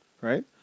Right